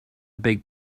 big